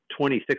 26